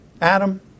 Adam